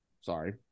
sorry